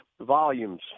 volumes